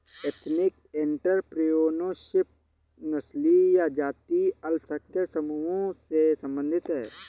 ethnic entrepreneurship नस्लीय या जातीय अल्पसंख्यक समूहों से संबंधित हैं